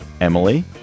Emily